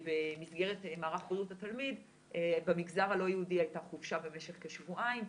במסגרת מערך בריאות התלמיד במגזר הלא יהודי הייתה חופשה במשך כשבועיים,